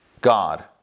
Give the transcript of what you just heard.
God